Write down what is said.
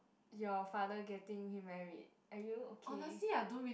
your father getting remarried are you okay